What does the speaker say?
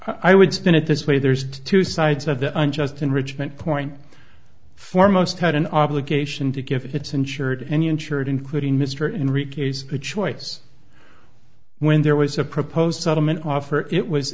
would spin it this way there's two sides of the unjust enrichment point for most had an obligation to give its insured and insured including mr in ri case the choice when there was a proposed settlement offer it was